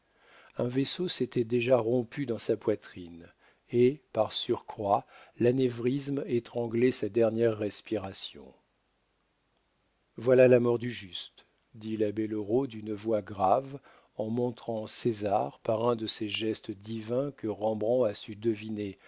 un vaisseau s'était déjà rompu dans sa poitrine et par surcroît l'anévrisme étranglait sa dernière respiration voilà la mort du juste dit l'abbé loraux d'une voix grave en montrant césar par un de ces gestes divins que rembrandt a su deviner